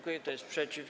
Kto jest przeciw?